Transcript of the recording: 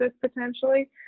potentially